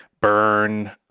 Burn